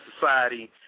society